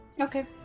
okay